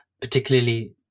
particularly